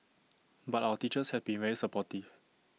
but our teachers have been very supportive